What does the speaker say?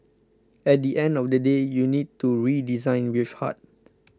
at the end of the day you need to redesign with heart